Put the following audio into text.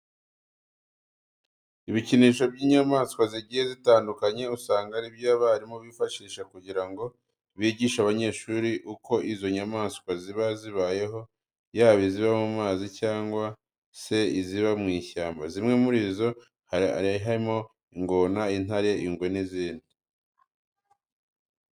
Ibikinisho by'inyamaswa zigiye zitandukanye, usanga ari byo abarimu bifashisha kugira ngo bigishe abanyeshuri uko izo nyamaswa ziba zibayeho, yaba iziba mu mazi cyangwa se iziba mu ishyamba. Zimwe muri zo harimo harimo ingona, intare ingwe n'izindi.